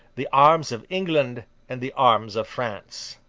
the arms of england and the arms of france.